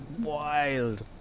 wild